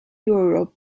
europe